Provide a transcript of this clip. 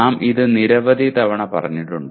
നാം ഇത് നിരവധി തവണ പറഞ്ഞിട്ടുണ്ട്